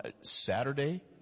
Saturday